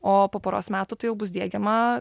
o po poros metų tai jau bus diegiama